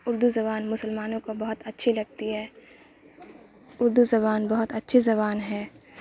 اردو زبان مسلمانوں کو بہت اچھی لگتی ہے اردو زبان بہت اچھی زبان ہے